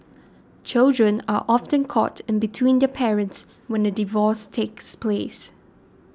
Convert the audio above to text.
children are often caught in between their parents when a divorce takes place